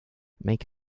make